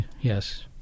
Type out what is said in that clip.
Yes